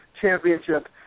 Championship